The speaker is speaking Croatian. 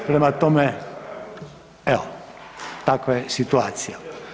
Prema tome, evo takva je situacija.